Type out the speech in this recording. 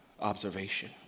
observation